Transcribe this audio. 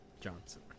Johnson